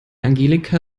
angelika